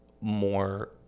more